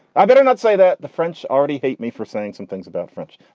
i'd better not say that the french already hate me for saying some things about french.